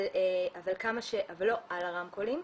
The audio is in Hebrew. אבל לא על הרמקולים,